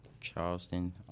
Charleston